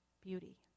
beauty